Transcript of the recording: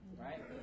Right